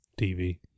TV